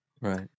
right